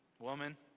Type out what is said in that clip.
woman